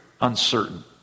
uncertain